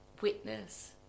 witness